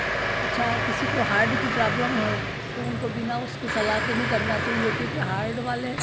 अच्छा किसी को हार्ड की प्रॉब्लम हो तो उनको बिना उसकी सलाह के नहीं करना चाहिए क्योंकि हार्ड वाले